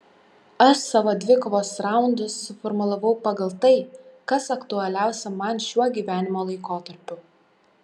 aš savo dvikovos raundus suformulavau pagal tai kas aktualiausia man šiuo gyvenimo laikotarpiu